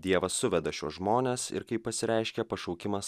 dievas suveda šiuos žmones ir kaip pasireiškia pašaukimas